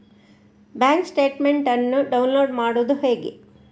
Bank statement ಅನ್ನು download ಮಾಡುವುದು ಹೇಗೆ?